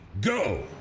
go